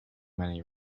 many